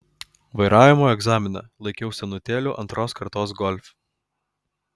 vairavimo egzaminą laikiau senutėliu antros kartos golf